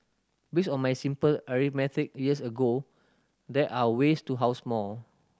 based on my simple arithmetic years ago there are ways to house more